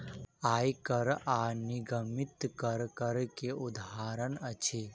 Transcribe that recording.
आय कर आ निगमित कर, कर के उदाहरण अछि